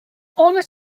honour